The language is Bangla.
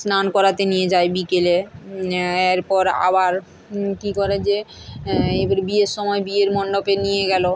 স্নান করাতে নিয়ে যায় বিকেলে এরপর আবার কী করে যে এবার বিয়ের সময় বিয়ের মণ্ডপে নিয়ে গেল